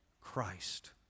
Christ